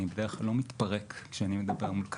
אני בדרך לא מתפרק כשאני מדבר מול קהל,